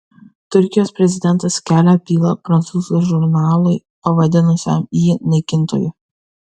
turkijos prezidentas kelia bylą prancūzų žurnalui pavadinusiam jį naikintoju